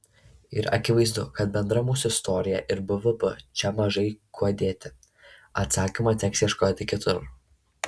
ir akivaizdu kad bendra mūsų istorija ir bvp čia mažai kuo dėti atsakymo teks ieškoti kitur